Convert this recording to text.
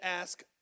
ask